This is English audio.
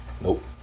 Nope